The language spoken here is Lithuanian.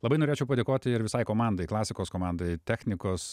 labai norėčiau padėkoti ir visai komandai klasikos komandai technikos